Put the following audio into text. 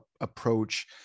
approach